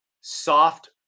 soft